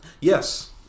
Yes